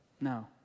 No